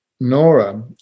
Nora